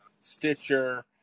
Stitcher